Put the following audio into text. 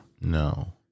No